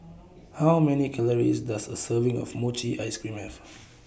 How Many Calories Does A Serving of Mochi Ice Cream Have